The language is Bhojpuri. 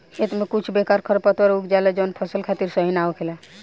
खेतन में कुछ बेकार खरपतवार उग जाला जवन फसल खातिर सही ना होखेला